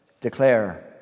declare